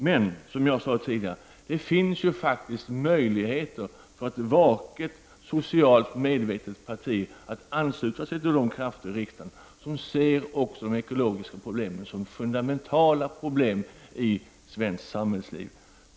Men som jag sade tidigare finns det faktiskt möjligheter för ett vaket, socialt och medvetet parti att ansluta sig till de krafter i riksdagen som ser också de ekologiska problemen som fundamentala i svenskt samhällsliv.